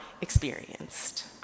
experienced